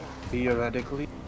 Theoretically